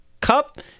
cup